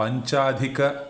पञ्चाधिकः